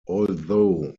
although